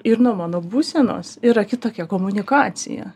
ir nuo mano būsenos yra kitokia komunikacija